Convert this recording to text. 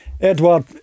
Edward